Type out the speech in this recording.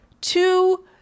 Two